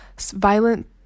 violent